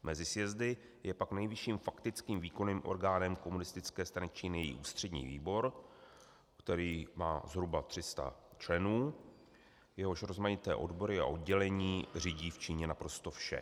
Mezi sjezdy je pak nejvyšším faktickým výkonným orgánem Komunistické strany Číny její Ústřední výbor, který má zhruba 300 členů, jehož rozmanité odbory a oddělení řídí v Číně naprosto vše.